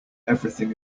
everything